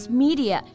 media